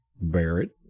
Barrett